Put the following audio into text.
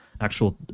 actual